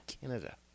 Canada